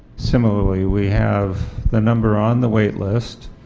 similarly we have the number on the waitlist,